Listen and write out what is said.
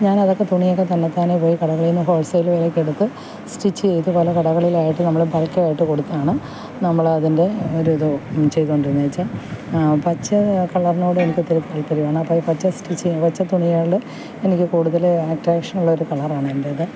ഞാനതൊക്ക തുണിയൊക്കെ തന്നെത്താനെ പോയി കടകളിൽ നിന്ന് ഹോൾസെയില് വിലക്കെടുത്ത് സ്റ്റിച്ച് ചെയ്ത് പല കടകളിലായിട്ട് നമ്മൾ ബൾക്കായിട്ട് കൊടുത്താണ് നമ്മളത്തിൻ്റെ ഒരിത് ചെയ്തുകൊണ്ടിരുന്നത് വെച്ചാൽ പച്ച കളറിനോട് എനിക്കൊത്തിരി താൽപ്പര്യമാണ് അപ്പോൾ അത് പച്ച സ്റ്റിച്ച് ചെയ്ത് പച്ചത്തുണികളോട് എനിക്ക് കൂടുതൽ അട്ട്രാക്ഷനുള്ളൊരു കളറാണെൻ്റേത്